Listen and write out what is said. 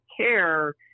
care